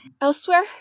Elsewhere